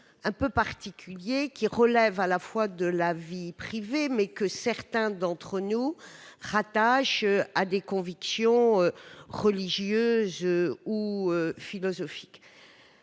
un peu particulier qui relève à la fois de la vie privée, mais que certains d'entre nous rattachent à des convictions religieuses ou philosophiques,